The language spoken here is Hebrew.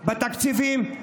בתקציבים,